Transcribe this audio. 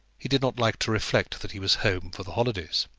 he did not like to reflect that he was home for the holidays.